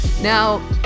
Now